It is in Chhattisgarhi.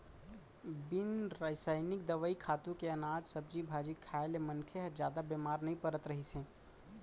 बिन रसइनिक दवई, खातू के अनाज, सब्जी भाजी खाए ले मनखे ह जादा बेमार नइ परत रहिस हे